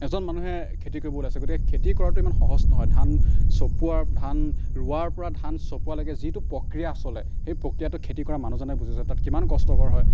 এজন মানুহে খেতি কৰিব ওলাইছে গতিকে খেতি কৰাটো ইমান সহজ নহয় ধান চপোৱা ধান ৰোৱাৰ পৰা ধান চপোৱালৈকে যিটো প্ৰক্ৰিয়া চলে সেই প্ৰক্ৰিয়াটো খেতি কৰা মানুহজনে বুজে যে তাত কিমান কষ্টকৰ হয়